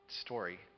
story